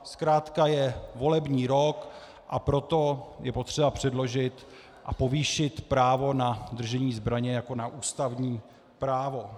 Zkrátka je volební rok, a proto je potřeba předložit a povýšit právo na držení zbraně jako na ústavní právo.